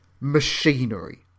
machinery